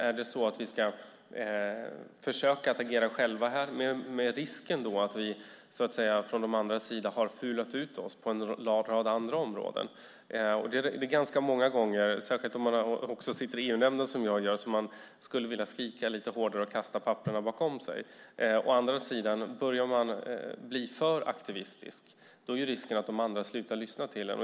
Är det så att vi ska försöka agera själva här? Risken är då att vi från de andras sida har fulat ut oss på en rad andra områden. Det är ganska många gånger, särskilt om man som jag sitter i EU-nämnden, som man skulle vilja skrika lite högre och kasta papperen bakom sig. Å andra sidan är risken om man börjar bli för aktivistisk att de andra slutar lyssna till en.